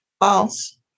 false